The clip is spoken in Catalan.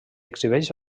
exhibeix